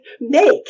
make